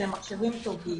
שהם מחשבים טובים.